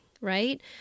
right